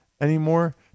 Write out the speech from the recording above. anymore